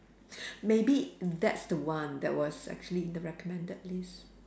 maybe that's the one that was actually in the recommended list